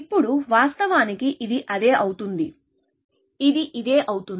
ఇప్పుడు వాస్తవానికి ఇది అదే అవుతుంది ఇది ఇదే అవుతుంది